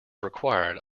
required